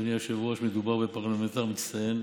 אדוני היושב-ראש, מדובר בפרלמנטר מצטיין,